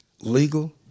legal